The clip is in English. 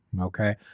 okay